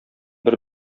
бер